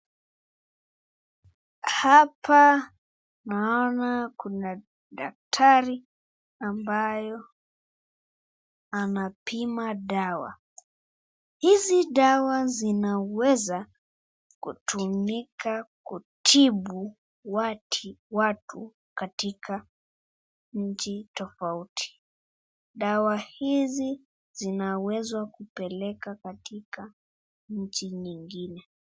Hapa naona kuna daktari ambayo anapima dawa. Hizi dawa zinaweza kutumika kutibu watu katika nchi tofauti. Dawa hizi zina uwezo wa kupeleka katika nchi nyingine.